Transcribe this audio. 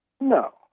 No